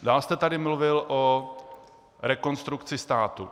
Dál jste tady mluvil o Rekonstrukci státu.